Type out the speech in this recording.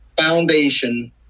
foundation